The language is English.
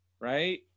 right